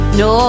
no